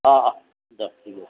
অঁ অহ দে ঠিক আছে